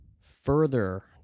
further